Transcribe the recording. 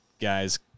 guys